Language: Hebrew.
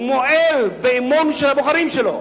מועל באמון הבוחרים שלו.